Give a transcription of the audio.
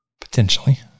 potentially